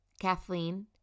Kathleen